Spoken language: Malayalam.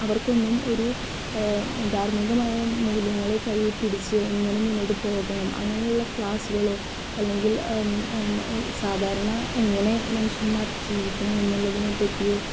അവർക്കൊന്നും ഒരു ധാർമ്മികമായ മൂല്യങ്ങളെ കൈ പിടിച്ച് എങ്ങനെ മുന്നോട്ട് പോകണം അങ്ങനെയുള്ള ക്ലാസുകളോ അല്ലെങ്കിൽ സാധാരണ എങ്ങനെ മനുഷ്യന്മാർ ജീവിക്കണം എന്നുള്ളതിനെ പറ്റിയോ